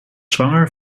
zwanger